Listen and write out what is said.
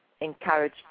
encourage